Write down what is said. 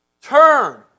Turn